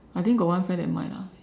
I think got one friend that mind lah